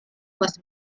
was